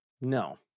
No